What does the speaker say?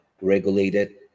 regulated